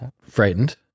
frightened